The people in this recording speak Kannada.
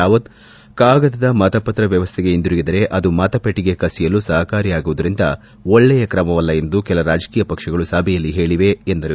ರಾವತ್ ಕಾಗದದ ಮತಪತ್ರ ವ್ಯವಸ್ಥೆಗೆ ಹಿಂತಿರುಗಿದರೆ ಅದು ಮತಪೆಟ್ಟಗೆ ಕಸಿಯಲು ಸಹಕಾರಿಯಾಗುವುದರಿಂದ ಒಳ್ಳೆಯ ಕ್ರಮವಲ್ಲ ಎಂದು ಕೆಲ ರಾಜಕೀಯ ಪಕ್ಷಗಳು ಸಭೆಯಲ್ಲಿ ಹೇಳಿವೆ ಎಂದರು